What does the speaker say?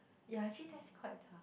ya actually that's quite tough